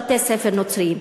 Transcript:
בתי-ספר נוצריים.